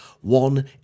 one